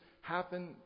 happen